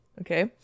Okay